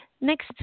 Next